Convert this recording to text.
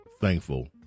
thankful